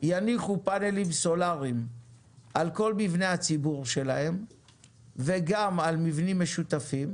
יניחו פאנלים סולאריים על כל מבני הציבור שלהם וגם על מבנים משותפים,